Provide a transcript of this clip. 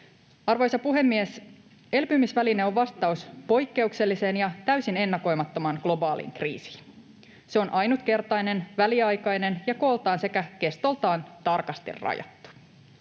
Arvoisa puhemies! Elpymisväline on vastaus poikkeukselliseen ja täysin ennakoimattomaan globaaliin kriisiin. Se on ainutkertainen, väliaikainen ja kooltaan sekä kestoltaan tarkasti rajattu.